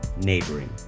neighboring